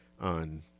on